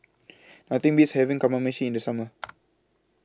Nothing Beats having Kamameshi in The Summer